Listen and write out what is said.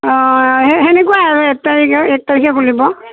অঁ সেনেকুৱাই আৰু এক তাৰিখে এক তাৰিখে খুলিব